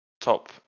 top